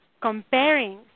comparing